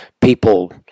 people